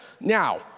Now